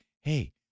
Hey